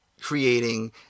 creating